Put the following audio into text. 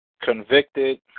convicted